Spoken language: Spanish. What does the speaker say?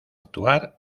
actuar